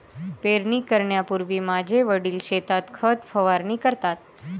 पेरणी करण्यापूर्वी माझे वडील शेतात खत फवारणी करतात